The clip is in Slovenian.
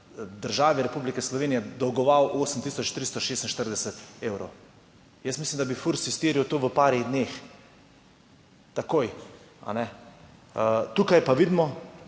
države Republike Slovenije dolgoval 8346 evrov. Jaz mislim, da bi FURS izterjal to v parih dneh takoj. Tukaj pa vidimo,